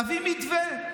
תביא מתווה.